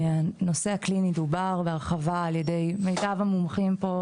הנושא הקליני דובר בהרחבה על ידי מיטב המומחים פה